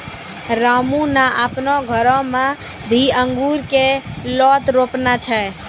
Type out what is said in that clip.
रामू नॅ आपनो घरो मॅ भी अंगूर के लोत रोपने छै